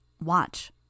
Watch